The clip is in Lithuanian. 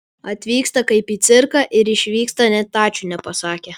atvyksta kaip į cirką ir išvyksta net ačiū nepasakę